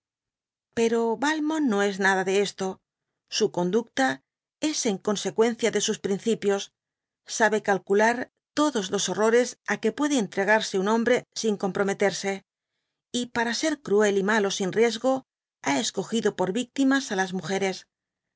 pero yalmont no es nada de esto su conducta es consecuencia de sjjs principios sabe calcular todos los horrores áque puede entregarse un hombre sin comprometerse j y para er cruel y malo sin riesgo ha escogido por ctimas á las múgeres